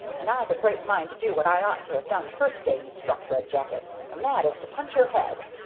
and i've a great mind to do what i ought to have done the first day you struck red jacket, and that is to punch your head.